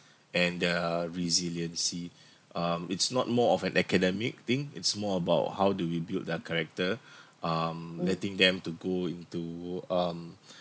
and their resiliency um it's not more of an academic thing it's more about how do we build their character um letting them to go into um